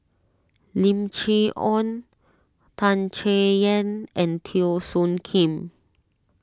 Lim Chee Onn Tan Chay Yan and Teo Soon Kim